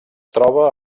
troba